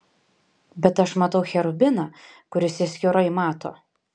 bet aš matau cherubiną kuris jas kiaurai mato